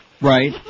Right